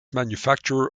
manufacturer